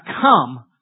come